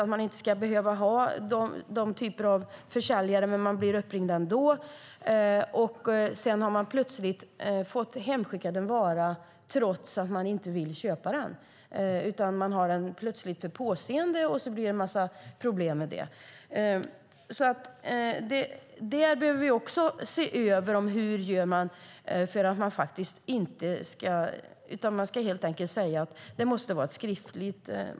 Man ska inte behöva bli uppringd av dessa försäljare, men man blir uppringd ändå. Sedan har man plötsligt fått en vara hemskickad trots att man inte vill köpa den. Man har den plötsligt för påseende, och så blir det en massa problem med det. Det behöver vi också se över. Man ska helt enkelt säga att det måste vara skriftligt.